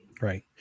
Right